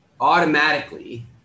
automatically